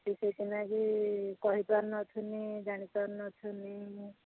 ସିଏ ସେଇଥିଲାଗି କହିପାରୁ ନାହାଁନ୍ତି ଜାଣିପାରୁ ନାହାନ୍ତି